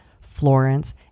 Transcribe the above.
florence